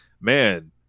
man